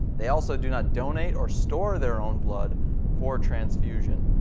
they also do not donate or store their own blood for transfusion.